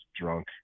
drunk